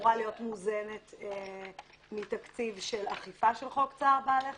שאמורה להיות מוזנת מתקציב של אכיפה של חוק צער בעלי חיים,